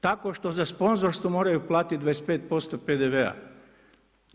Tako što za sponzorstvo moraju platiti 25% PDV-a.